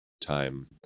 time